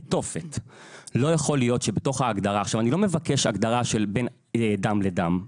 אני לא מבקש הגדרה של בין דם לדם.